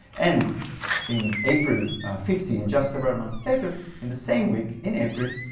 and in april fifteen, just several months later, in the same week in april,